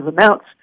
amounts